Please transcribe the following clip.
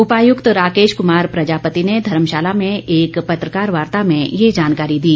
उपायुक्त राकेश कुमार प्रजापति ने धर्मशाला में एक पत्रकार वार्ता में ये जानकारी दी